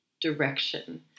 direction